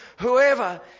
whoever